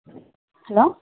hello